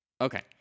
okay